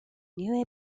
new